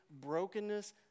Brokenness